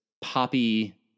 poppy